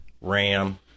Ram